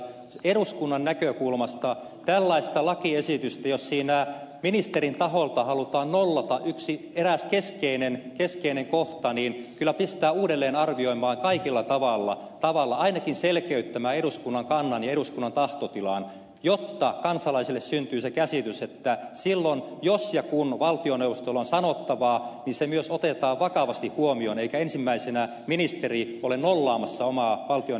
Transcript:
eduskunnan näkökulmasta tällaista lakiesitystä jos ministerin taholta siinä halutaan nollata eräs keskeinen kohta se kyllä pistää uudelleen arvioimaan kaikella tavalla ainakin selkeyttämään eduskunnan kannan ja eduskunnan tahtotilan jotta kansalaisille syntyy se käsitys että jos ja kun valtioneuvostolla on sanottavaa niin se myös otetaan vakavasti huomioon eikä ensimmäisenä ministeri ole nollaamassa omaa valtioneuvoston lausuntoaan